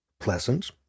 pleasant